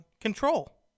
control